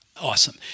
Awesome